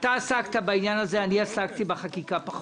עסקת בעניין הזה, אני פחות עסקתי בחקיקה,